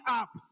up